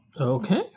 okay